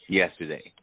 yesterday